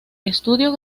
estudio